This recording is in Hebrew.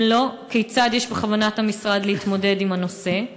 אם לא כיצד יש בכוונת המשרד להתמודד עם הנושא?